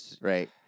right